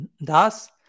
Thus